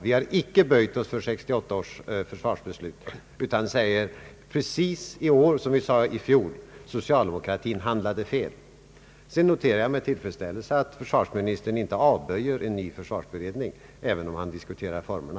Vi har icke böjt oss för 1968 års försvarsbeslut utan säger i år precis som i fjol: socialdemokratin handlade fel. Sedan noterar jag med tillfredsställelse att försvarsministern inte avböjer en ny försvarsberedning, även om han diskuterar formerna.